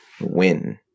win